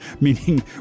meaning